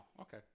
okay